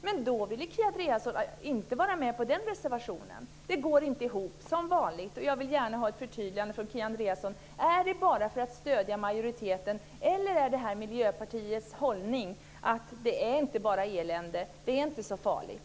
Men Kia Andreasson ville inte vara med på den reservationen. Som vanligt går det inte ihop. Jag vill gärna ha ett förtydligande från Kia Andreasson: Är det bara för att stödja majoriteten eller är detta Miljöpartiets hållning, att det inte bara är elände och att det inte är så farligt?